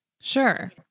Sure